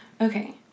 Okay